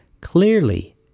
clearly